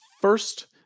First